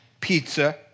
pizza